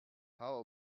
how